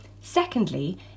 Secondly